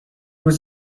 was